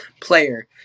player